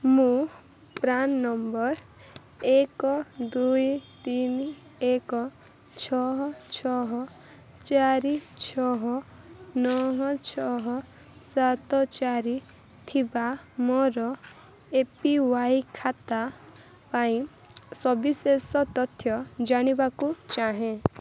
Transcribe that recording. ମୁଁ PRAN number ଏକ ଦୁଇ ତିନି ଏକ ଛଅ ଛଅ ଚାରି ଛଅ ନଅ ଛଅ ସାତ ଚାରି ଥିବା ମୋର ଏ ପି ୱାଇ ଖାତା ପାଇଁ ସବିଶେଷ ତଥ୍ୟ ଜାଣିବାକୁ ଚାହେଁ